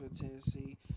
Tennessee